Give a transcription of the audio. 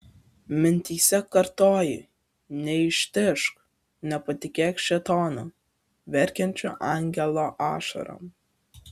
mintyse kartojai neištižk nepatikėk šėtonu verkiančiu angelo ašarom